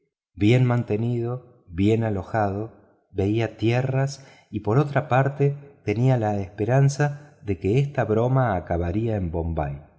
bien mantenido bien alojado veía tierras y por otra parte tenía la esperanza de que esta broma acabaría en bombay